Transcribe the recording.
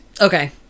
okay